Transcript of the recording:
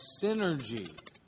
synergy